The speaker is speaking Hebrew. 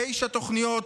תשע תוכניות